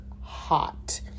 hot